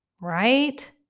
right